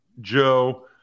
Joe